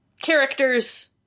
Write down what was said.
characters